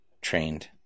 trained